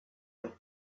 and